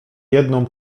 jedną